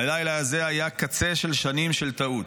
הלילה הזה היה קצה של שנים של טעות.